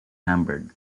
hamburg